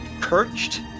perched